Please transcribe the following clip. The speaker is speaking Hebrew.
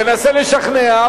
תנסה לשכנע.